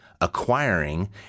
acquiring